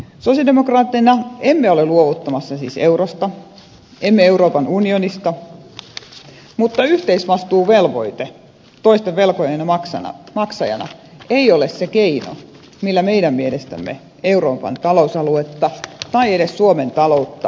sosialidemokraatteina emme siis ole luopumassa eurosta emme euroopan unionista mutta yhteisvastuuvelvoite toisten velkojen maksajana ei ole se keino millä meidän mielestämme euroopan talousaluetta tai edes suomen taloutta pelastetaan